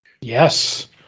yes